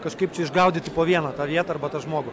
kažkaip čia išgaudyti po vieną tą vietą arba tą žmogų